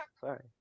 Sorry